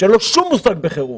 שאין לו שום מושג בחירום.